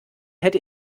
hätte